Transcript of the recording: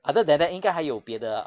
other than that 应该还有别的